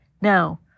now